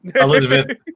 Elizabeth